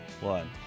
one